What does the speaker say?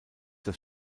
das